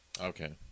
Okay